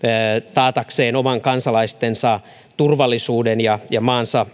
taatakseen omien kansalaistensa turvallisuuden ja ja maansa